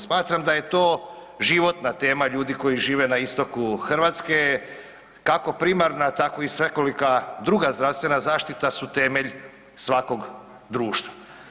Smatram da je to životna tema ljudi koji žive na istoku Hrvatske, kako primarna tako i svekolika druga zdravstvena zaštita su temelj svakog društva.